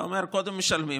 ואומר: קודם משלמים,